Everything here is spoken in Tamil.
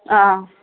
ஆ